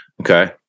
Okay